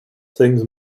things